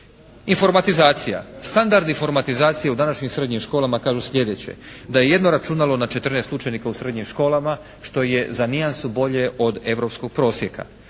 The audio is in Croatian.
Informatizacija. Standardi informatizacije u današnjim srednjim školama kažu sljedeće: da je jedno računalo na 14 učenika u srednjim školama što je za nijansu bolje od europskog prosjeka.